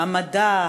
המדע,